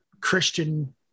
Christian